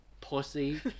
Pussy